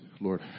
Lord